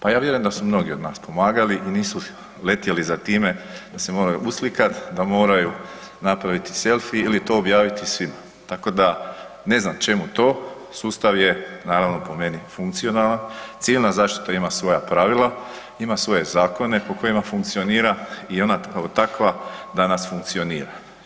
Pa ja vjerujem da su mnogi od nas pomagali i nisu letjeli za time da se moraju uslikat, da moraju napraviti selfi ili to objaviti svima, tako da ne znam čemu to, sustav je naravno po meni funkcionalan, civilna zaštita ima svoja pravila, ima svoje zakone po kojima funkcionira i ona kao takva danas funkcionira.